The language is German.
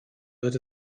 wird